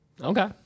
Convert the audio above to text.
okay